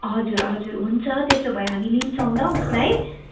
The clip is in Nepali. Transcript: हजुर हजुर हुन्छ त्यसो भए हामी लिन्छौँ ल उसलाई